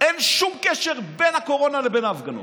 אין שום קשר בין הקורונה לבין ההפגנות,